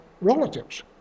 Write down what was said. relatives